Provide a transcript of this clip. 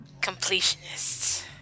Completionists